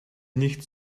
nicht